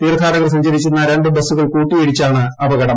തീർത്ഥാടകർ സഞ്ചരിച്ചിരുന്ന രണ്ടു ബസ്സുകൾ കൂട്ടിയിടിച്ചാണ് അപകടം